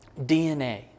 DNA